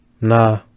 Nah